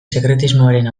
sekretismoaren